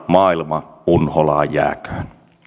maailma unholaan jääköön